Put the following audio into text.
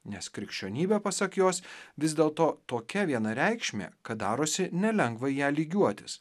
nes krikščionybė pasak jos vis dėl to tokia vienareikšmė kad darosi nelengva į ją lygiuotis